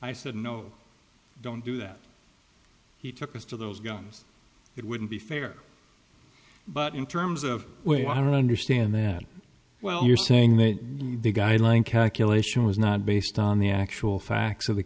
i said no don't do that he took most of those guns it wouldn't be fair but in terms of well i don't understand that well you're saying that the guideline calculation was not based on the actual facts